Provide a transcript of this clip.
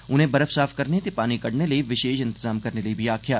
उनें बर्फ साफ करने ते पानी कड्डने लेई विषेश इंतजाम करने लेई बी आखेआ